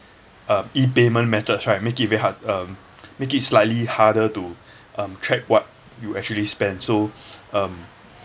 uh e-payment methods right make it very hard um make it slightly harder to um track what you actually spend so um